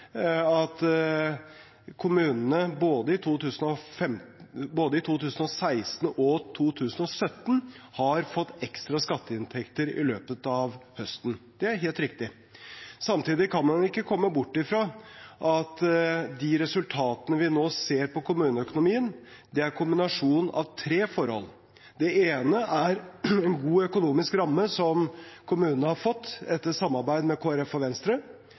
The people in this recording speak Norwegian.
at kommunene både i 2016 og 2017 har fått ekstra skatteinntekter i løpet av høsten – det er helt riktig. Samtidig kan man ikke komme bort fra at de resultatene vi nå ser for kommuneøkonomien, er en kombinasjon av tre forhold: Det ene er en god økonomisk ramme som kommunene har fått etter samarbeid med Kristelig Folkeparti og Venstre.